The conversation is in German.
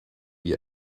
wie